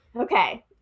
Okay